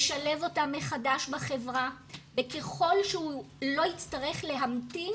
לשלב אותם מחדש בחברה וככל שהוא לא יצטרך להמתין